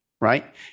right